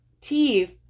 teeth